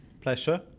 Pleasure